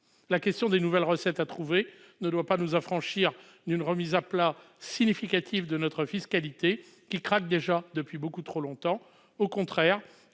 La question des nouvelles recettes à trouver ne doit pas nous affranchir d'une remise à plat significative de notre fiscalité, qui craque déjà depuis beaucoup trop longtemps. Au contraire,